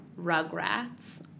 Rugrats